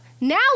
now